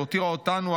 והותירה אותנו,